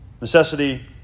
necessity